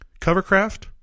Covercraft